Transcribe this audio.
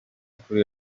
kuri